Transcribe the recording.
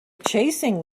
chasing